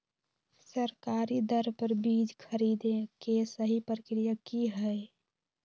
सरकारी दर पर बीज खरीदें के सही प्रक्रिया की हय?